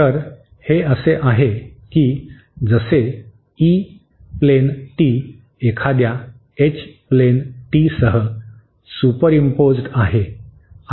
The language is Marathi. तर हे असे आहे की जसे ई प्लेन टी एखाद्या एच प्लेन टीसह सुपरइम्पोज्ड आहे